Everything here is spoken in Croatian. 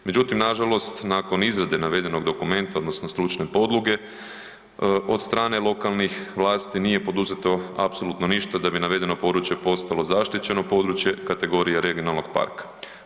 Međutim, nažalost nakon izrade navedenog dokumenta odnosno stručne podloge od strane lokalnih vlasti nije poduzeto apsolutno ništa da bi navedeno područje postalo zaštićeno područje kategorije regionalnog parka.